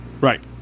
Right